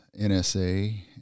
NSA